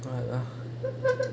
but uh